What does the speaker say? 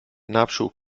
nachschub